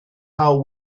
how